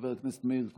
חבר הכנסת מאיר כהן,